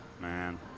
Man